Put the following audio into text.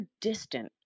distant